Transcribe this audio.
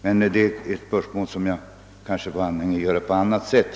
Detta är emellertid en fråga som kanske borde tas upp på annat sätt.